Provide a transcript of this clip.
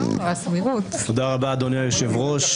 תודה רבה, אדוני היושב-ראש.